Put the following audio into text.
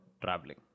traveling